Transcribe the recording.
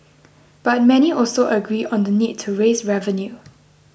but many also agree on the need to raise revenue